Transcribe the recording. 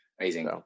Amazing